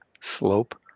slope